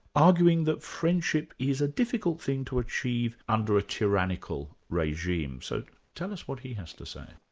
arguing that friendship is a difficult thing to achieve under a tyrannical regime. so tell us what he has to say.